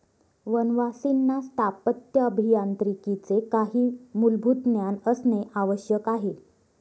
वनवासींना स्थापत्य अभियांत्रिकीचे काही मूलभूत ज्ञान असणे आवश्यक आहे